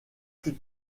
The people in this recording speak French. plus